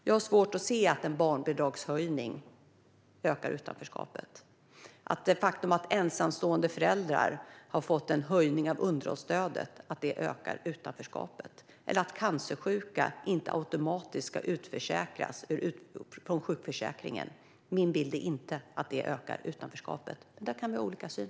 Jag har svårt att se att en barnbidragshöjning ökar utanförskapet eller att det faktum att ensamstående föräldrar har fått en höjning av underhållsstödet ökar utanförskapet. Att cancersjuka inte automatiskt ska utförsäkras - det är inte min bild att det ökar utanförskapet. Men där kan vi ha olika syn.